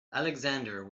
alexander